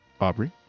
Aubrey